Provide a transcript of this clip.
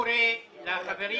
קורא לחברים